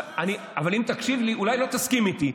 אם תקשיב לי אולי לא תסכים איתי,